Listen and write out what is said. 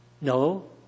No